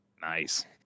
Nice